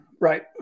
right